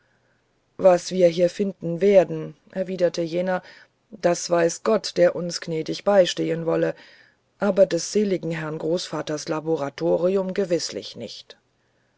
was wir hier finden werden erwiderte jener das weiß gott der uns gnädig beistehen wolle aber des seligen herrn großvaters laboratorium gewißlich nicht